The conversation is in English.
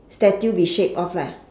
statue be shaped of lah